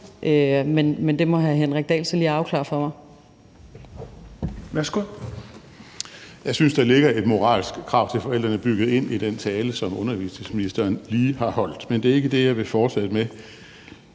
Kl. 15:53 Henrik Dahl (LA): Jeg synes, der ligger et moralsk krav til forældrene bygget ind i den tale, som undervisningsministeren lige har holdt. Men det er ikke det, jeg vil fortsætte med.